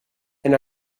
and